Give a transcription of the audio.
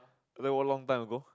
I thought long time ago